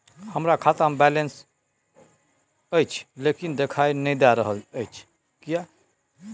हमरा खाता में बैलेंस अएछ लेकिन देखाई नय दे रहल अएछ, किये?